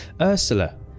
Ursula